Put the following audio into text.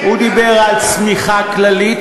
הוא דיבר על צמיחה כללית,